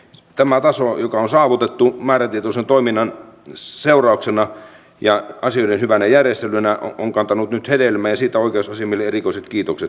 tämä taso joka on saavutettu määrätietoisen toiminnan seurauksena ja asioiden hyvällä järjestelyllä on kantanut nyt hedelmää ja siitä oikeusasiamiehelle erikoiset kiitokset